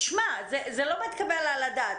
זה לא מתקבל על הדעת.